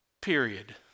Period